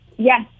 Yes